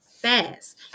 fast